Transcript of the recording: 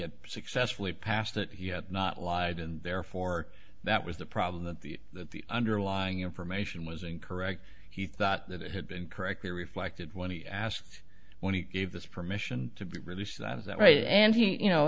had successfully passed that he had not lied and therefore that was the problem that the that the underlying information was incorrect he thought that it had been correctly reflected when he asked when he gave this permission to release that is that right and you know